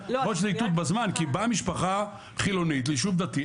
כי באה משפחה חילונית ליישוב דתי,